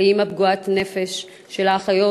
לאימא פגועת נפש, שלה אחיות